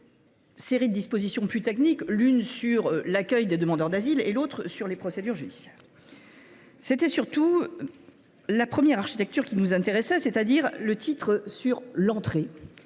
séries de dispositions plus techniques, l’une sur l’accueil des demandeurs d’asile et l’autre sur les procédures judiciaires. C’était surtout le premier point qui nous intéressait, à savoir le titre I A relatif